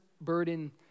burden